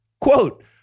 Quote